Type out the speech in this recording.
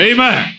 Amen